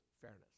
fairness